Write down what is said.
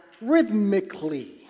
rhythmically